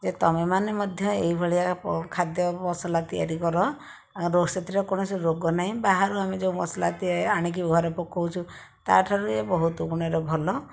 ଯେ ତୁମେ ମାନେ ମଧ୍ୟ ଏଇଭଳିଆ ଖାଦ୍ୟ ମସଲା ତିଆରି କର ସେଥିରେ କୌଣସି ରୋଗ ନାହିଁ ବାହାରୁ ଆମେ ଯେଉଁ ମସଲା ଆଣିକି ଘରେ ପକାଉଛୁ ତା'ଠାରୁ ଇଏ ବହୁତ ଗୁଣରେ ଭଲ